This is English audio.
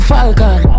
Falcon